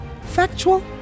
factual